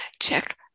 check